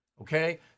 Okay